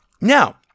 Now